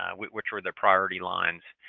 ah which which were the priority lines.